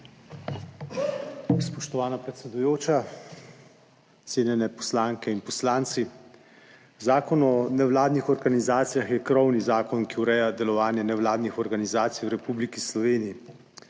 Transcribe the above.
Spoštovana predsedujoča, cenjene poslanke in poslanci! Zakon o nevladnih organizacijah je krovni zakon, ki ureja delovanje nevladnih organizacij v Republiki Sloveniji.